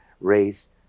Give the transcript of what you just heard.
race